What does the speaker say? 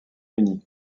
uni